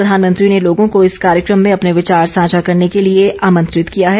प्रधानमंत्री ने लोगों को इस कार्यक्रम में अपने विचार साझा करने के लिए आमंत्रित किया है